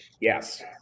Yes